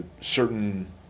certain